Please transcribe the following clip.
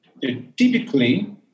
Typically